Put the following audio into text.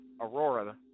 aurora